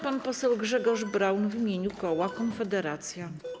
Pan poseł Grzegorz Braun w imieniu koła Konfederacja.